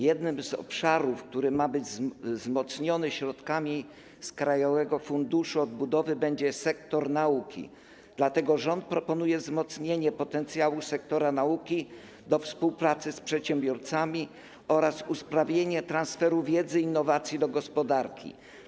Jednym z obszarów, który ma być wzmocniony środkami z krajowego funduszu odbudowy, będzie sektor nauki, dlatego rząd proponuje wzmocnienie potencjału sektora nauki do współpracy z przedsiębiorcami oraz usprawnienie transferu wiedzy i innowacji do gospodarki.